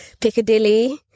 Piccadilly